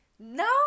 No